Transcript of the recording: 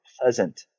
pleasant